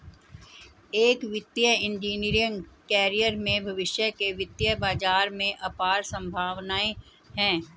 एक वित्तीय engineering career में भविष्य के वित्तीय बाजार में अपार संभावनाएं हैं